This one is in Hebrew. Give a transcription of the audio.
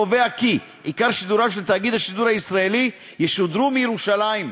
כי "עיקר שידוריו של תאגיד השידור הישראלי ישודרו מירושלים",